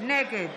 נגד